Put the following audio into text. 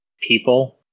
people